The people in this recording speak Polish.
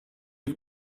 ich